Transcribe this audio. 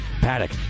Paddock